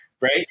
right